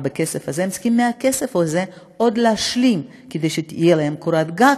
הם צריכים מהכסף הזה עוד להשלים כדי שתהיה להם קורת גג.